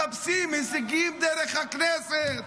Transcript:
מחפשים הישגים דרך הכנסת.